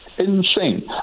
Insane